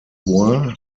bois